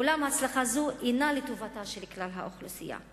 אולם הצלחה זו אינה לטובתה של כלל האוכלוסייה,